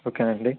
ఓకేనండి